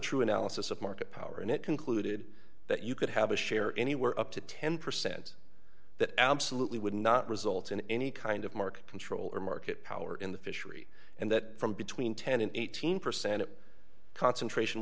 true analysis of market power and it concluded that you could have a share anywhere up to ten percent that absolutely would not result in any kind of market control or market power in the fishery and that from between ten and eighteen percent concentration